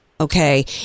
Okay